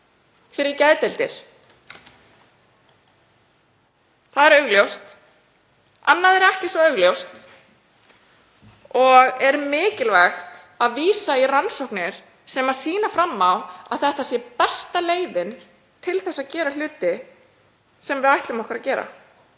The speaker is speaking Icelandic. fyrir geðdeildir, það er augljóst. Annað er ekki svo augljóst og er mikilvægt að vísa í rannsóknir sem sýna fram á að þetta sé besta leiðin til þess að gera hluti sem við ætlum okkur að gera.